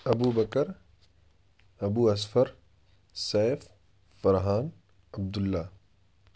Abu Bakr Abu Asfar Saif Farhan Abdullah